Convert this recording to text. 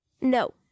No